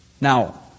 Now